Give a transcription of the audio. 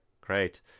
great